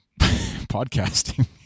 podcasting